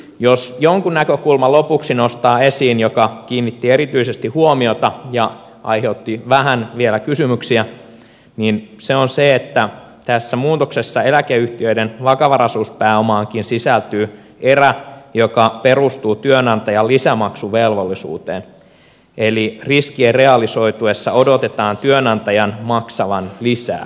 jos jonkun näkökulman lopuksi nostaa esiin joka kiinnitti erityisesti huomiota ja aiheutti vielä vähän kysymyksiä niin se on se että tässä muutoksessa eläkeyhtiöiden vakavaraisuuspääomaankin sisältyy erä joka perustuu työnantajan lisämaksuvelvollisuuteen eli riskien realisoituessa odotetaan työnantajan maksavan lisää